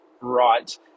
right